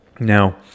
Now